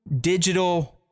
digital